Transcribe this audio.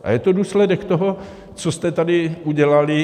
A je to důsledek toho, co jste tady udělali.